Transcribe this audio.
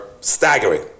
staggering